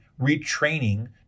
retraining